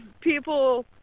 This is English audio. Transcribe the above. people